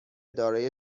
دارای